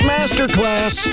Masterclass